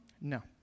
no